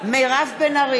מירב בן ארי,